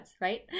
right